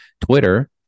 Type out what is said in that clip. Twitter